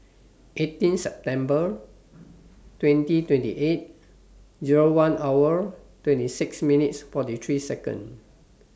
eighteen September twenty twenty eight Zero one hour twenty six minutes forty three Second